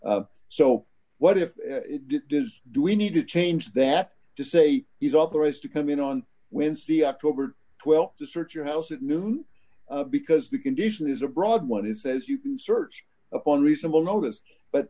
so what if it does do we need to change that to say he's authorized to come in on wednesday october th to search your house at noon because the condition is a broad one he says you can search upon reasonable notice but